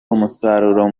umusaruro